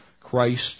Christ